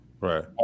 Right